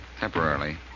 Temporarily